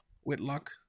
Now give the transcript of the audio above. Whitlock